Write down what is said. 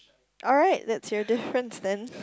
alright that's your difference then